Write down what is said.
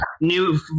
new